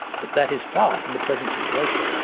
but that is far from the present situation.